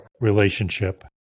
relationship